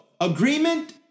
agreement